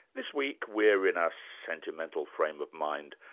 this week, we're in a sentimental frame of mind,